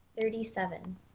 Thirty-seven